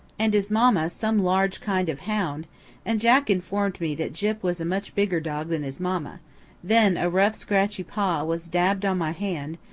and his mamma some large kind of hound and jack informed me that gyp was a much bigger dog than his mamma then a rough scratchy paw was dabbed on my hand,